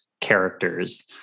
characters